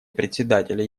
председателя